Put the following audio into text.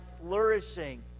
flourishing